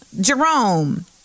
jerome